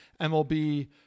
MLB